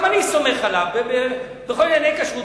גם אני סומך עליו בכל ענייני כשרות,